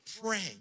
praying